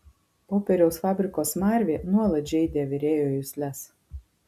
popieriaus fabriko smarvė nuolat žeidė virėjo jusles